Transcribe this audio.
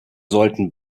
sollten